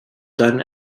gun